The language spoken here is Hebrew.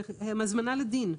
הן הזמנה לדין.